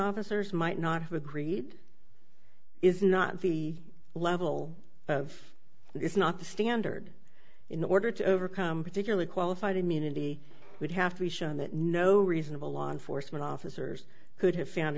officers might not have agreed is not the level of this not the standard in order to overcome particularly qualified immunity would have to be shown that no reasonable law enforcement officers could have found